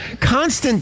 Constant